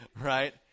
right